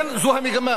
הדבר השלישי,